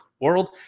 world